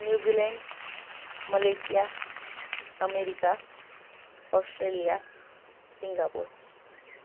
New Zealand Malaysia America Australia Singapore